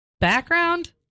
Background